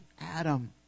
Adam